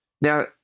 Now